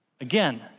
Again